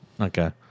Okay